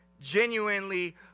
genuinely